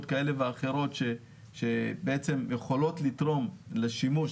כאלה ואחרות שיכולות לתרום לשימוש